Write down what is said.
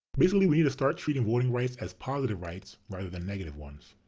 basically we need to start treating voting rights as positive rights rather than negative ones.